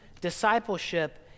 Discipleship